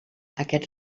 aquest